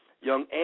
Young